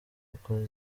kuko